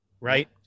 Right